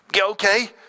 okay